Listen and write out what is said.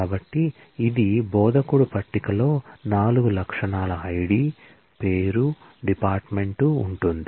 కాబట్టి ఇది బోధకుడు పట్టికలో 4 లక్షణాల ID పేరు డిపార్ట్మెంట్ ఉంటుంది